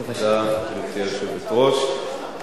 גברתי היושבת-ראש,